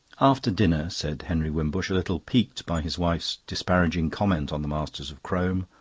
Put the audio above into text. after dinner, said henry wimbush, a little piqued by his wife's disparaging comment on the masters of crome,